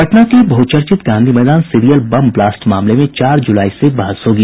पटना के बहचर्चित Gandhi Maidan serial bomb blast मामले में चार जूलाई से बहस होगी